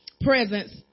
presence